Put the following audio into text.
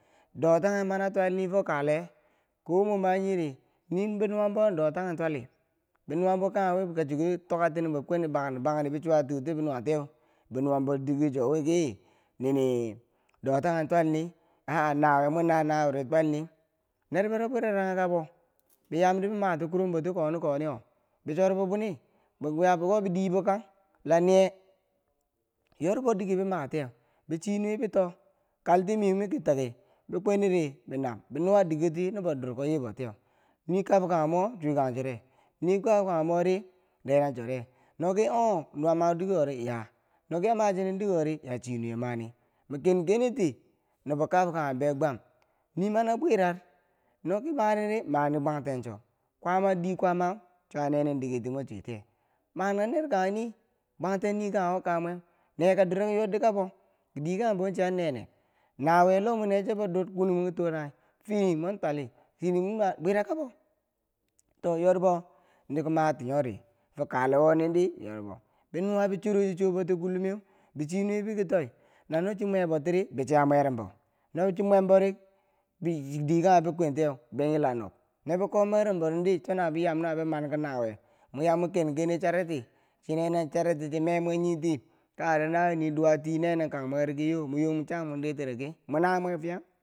Dotanghe mani twalnifo kaale komwo mayiri niibe nuwanbowi dotanye twali benuwanbo kanghe wi ka chuko tuka tinimbo kweneu bakni bakni bichuwa tuu ti bi nuwa tiyeu twali be nuwanbowi dike cho wi ki nini dotanye twalni a. a nawiye mwi na nawiyeri twal nii nerbero bwiraranghi kabou biyamdi bema kuromboti koni koninyo bi chorbo bwini bediibokan la niye yorbodikebamatiyeu be chinuwe beto kaltini mweubo miki toki be kwiniri bi nam binuwadikeroti nubo durkoyiboti yeu niikebkayemo chuwekanchore nii kebkayemori chuwekanchore nii kebkayemori renachure noki oh- ong ya ma. u dikewori yama. u noki yamachinen dikerowori yachinuwe mani min ken- kenita nii nobo kab kanghe be gwam niimana bwirar noki maniri mani bwantencho kwama dii kwama. u cho a ne- nendiketimweu chitiyeu kangdenerkanghe nii bwangten nii kanghe wo ka mweu nekadureko yoddi kabo kidiye kanghe bouchiya nenen nawiye lo mwenechobodur kweni mwi toranghi fini mwontwali bwirakabo to yorbo no kom, matiyori fo kaalewonin di to yoribo benuwa bichorowochichoboti kulummeu be chinuwe bekitoi nanochi mwabotiri bechiyamworumbo nochi mwanbori kidekanghe bikwen tiyeu banyila nob nobiko. o mwerumboridi chonawo biyam nawo bi man ki nawiye mwo ken- kene chariti chine nen chariti chimemwen nyiti kangheri nawiye nii duwati ne- nen- kangmwek ri kiyo mwiyo mwa cha mwa ditire ki mwe na mwefiyan?.